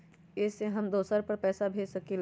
इ सेऐ हम दुसर पर पैसा भेज सकील?